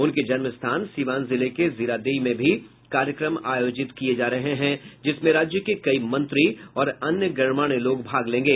उनके जन्म स्थान सीवान जिले के जीरादेई में भी कार्यक्रम आयोजित किये जा रहे हैं जिसमें राज्य के कई मंत्री और अन्य गणमान्य लोग भाग लेंगे